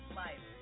life